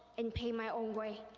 and pay my own way.